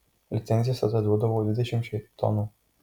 licencijas tada duodavo dvidešimčiai tonų